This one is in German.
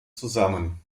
zusammen